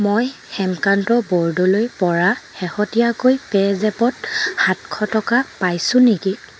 মই হেমকান্ত বৰদলৈৰ পৰা শেহতীয়াকৈ পে'জেপত সাতশ টকা পাইছো নিকি